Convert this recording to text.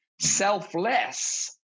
Selfless